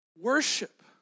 Worship